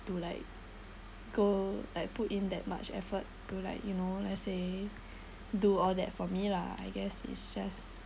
to like go like put in that much effort to like you know let's say do all that for me lah I guess it's just